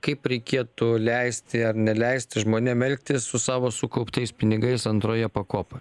kaip reikėtų leisti ar neleisti žmonėm elgtis su savo sukauptais pinigais antroje pakopoj